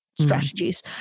Strategies